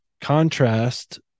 contrast